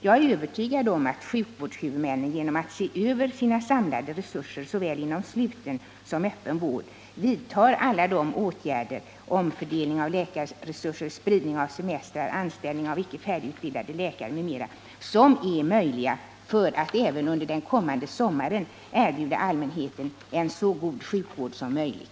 Jag är övertygad om att sjukvårdshuvudmännen genom att se över sina samlade resurser inom såväl sluten som öppen vård vidta alla de åtgärder — omfördelning av läkarresurser, spridning av semestrar, anställning av icke färdigutbildade läkare m.m. — som är möjliga för att även under den kommande sommaren erbjuda allmänheten en så god sjukvård som möjligt.